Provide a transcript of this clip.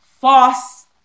false